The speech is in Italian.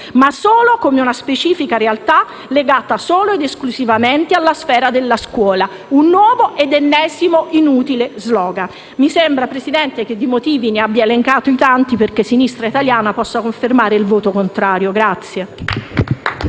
ma come una specifica realtà legata solo e esclusivamente alla sfera della scuola. Un nuovo, ennesimo e inutile *slogan*. Mi sembra, Presidente, che di motivi ne abbia elencati tanti perché Sinistra Italiana possa confermare il proprio voto contrario.